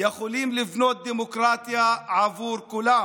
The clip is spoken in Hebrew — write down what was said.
יכולים לבנות דמוקרטיה עבור כולם.